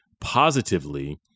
positively